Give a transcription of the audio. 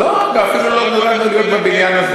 לא, ואפילו לא נולדנו להיות בבניין הזה.